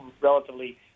relatively